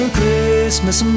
Christmas